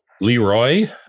Leroy